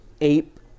ape